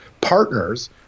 Partners